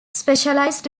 specialized